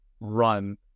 run